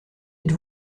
êtes